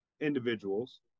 individuals